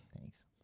Thanks